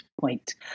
point